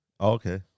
okay